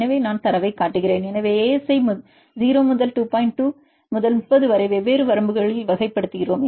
எனவே நான் தரவைக் காட்டுகிறேன் எனவே ASA ஐ 0 முதல் 2 2 முதல் 30 வரை வெவ்வேறு வரம்புகளில் வகைப்படுத்துகிறோம்